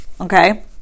Okay